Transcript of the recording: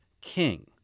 king